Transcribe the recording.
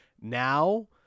now